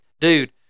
dude